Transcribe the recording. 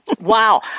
Wow